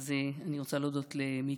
אז אני רוצה להודות למיקי.